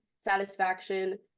satisfaction